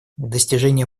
достижение